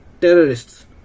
terrorists